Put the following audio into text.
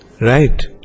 Right